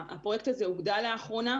הפרויקט הזה הוגדל לאחרונה.